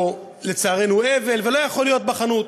או לצערנו איזה אבל, והוא לא יכול להיות בחנות.